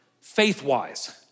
faith-wise